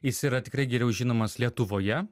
jis yra tikrai geriau žinomas lietuvoje